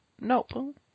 nope